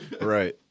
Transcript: Right